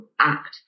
act